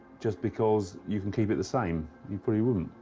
just because you can keep it the same? you probably wouldn't.